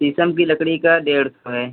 शीशम की लकड़ी का डेढ़ सौ है